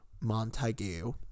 Montague